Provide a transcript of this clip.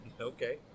Okay